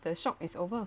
the shock is over